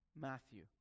Matthew